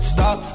Stop